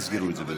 ותסגרו את זה,